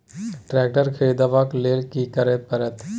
Tractor खरीदबाक लेल की करय परत?